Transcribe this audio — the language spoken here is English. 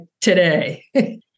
today